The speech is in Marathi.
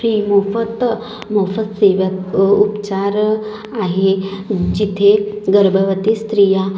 फ्री मोफत मोफत सेवा उपचार आहेत जिथे गर्भवती स्त्रिया